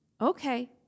Okay